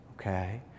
okay